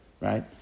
right